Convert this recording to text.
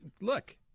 Look